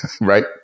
Right